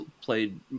played